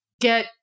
get